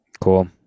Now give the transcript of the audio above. cool